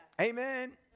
Amen